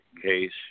case